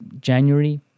January